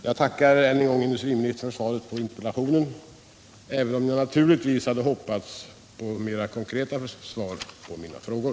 Jag tackar än en gång industriministern för svaret på min interpellation, även om jag naturligtvis hade hoppats på mer konkreta svar på mina frågor.